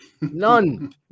none